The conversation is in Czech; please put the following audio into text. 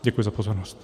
Děkuji za pozornost.